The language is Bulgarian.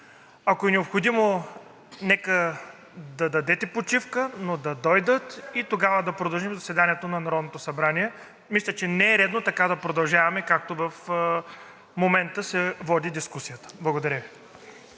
Ако е необходимо, нека да дадете почивка, но да дойдат и тогава да продължим заседанието на Народното събрание. Мисля, че не е редно така да продължаваме, както в момента се води дискусията. Благодаря Ви.